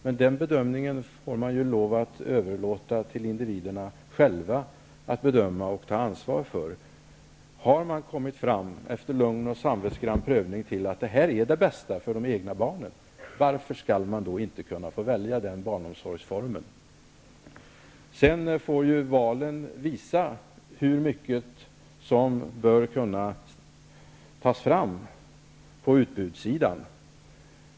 Men den bedömningen får vi lov att överlåta till individerna att själva göra och ta ansvar för. Har man efter lugn och samvetsgrann prövning kommit fram till vad man anser vara det bästa för de egna barnen -- varför skall man då inte kunna få välja den barnomsorgsformen? Sedan får valen visa hur mycket som bör kunna tas fram på utbudssidan.